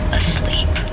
asleep